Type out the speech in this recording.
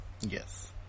yes